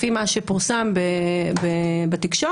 לפי מה שפורסם בתקשורת,